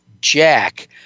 Jack